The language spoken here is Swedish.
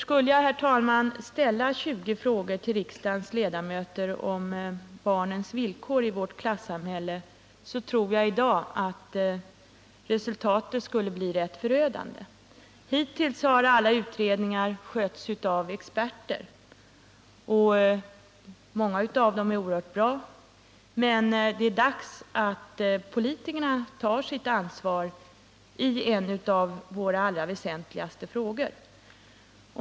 Skulle jag, herr talman, ställa 20 frågor till riksdagens ledamöter om barnens villkor i vårt klassamhälle, så tror jag att resultatet skulle bli förödande. Hittills har alla utredningar skötts av experter — och många av dem är oerhört bra — men det är dags att politikerna tar sitt ansvar i en av våra allra väsentligaste frågor.